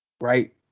Right